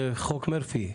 זה חוק מרפי,